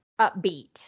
upbeat